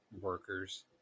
workers